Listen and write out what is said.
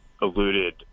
alluded